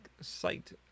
site